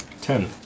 Ten